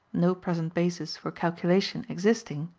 no present basis for calculation existing,